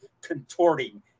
contorting